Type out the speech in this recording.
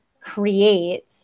create